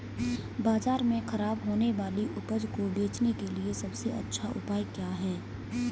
बाजार में खराब होने वाली उपज को बेचने के लिए सबसे अच्छा उपाय क्या है?